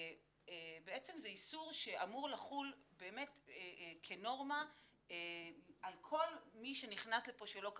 הוא איסור שאמור לחול כנורמה על כל מי שנכנס לפה שלא כדין.